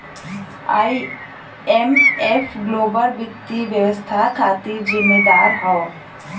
IMF global वित्तीय व्यवस्था खातिर जिम्मेदार हौ